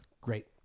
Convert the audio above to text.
Great